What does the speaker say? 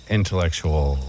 intellectual